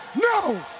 no